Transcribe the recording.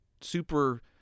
super